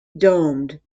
domed